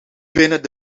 binnen